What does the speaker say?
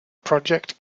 project